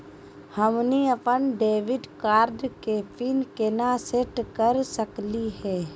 हमनी अपन debit card के पीन केना सेट कर सकली हे?